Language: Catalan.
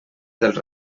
dels